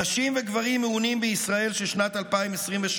נשים וגברים מעונים בישראל של שנת 2023,